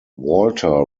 walter